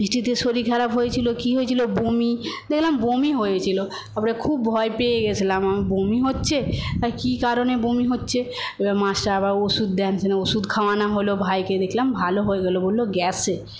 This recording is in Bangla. ফিস্টতে শরীর খারাপ হয়েছিল কি হয়েছিল বমি দেখলাম বমি হয়েছিল তারপরে খুব ভয় পেয়ে গিয়েছিল বমি হচ্ছে তা কি কারণে বমি হচ্ছে মাস্টার আবার ওষুধ দেন সেখানে ওষুধ খাওয়ানো হল ভাইকে দেখলাম ভালো হয়ে গেল বললো গ্যাসে